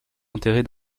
enterrés